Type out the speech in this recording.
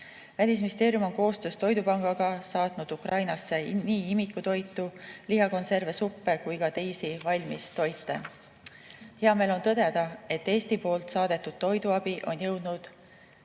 Välisministeerium on koostöös Eesti Toidupangaga saatnud Ukrainasse nii imikutoitu, lihakonserve, suppe kui ka teisi valmistoite. Hea meel on tõdeda, et Eesti saadetud toiduabi on jõudnud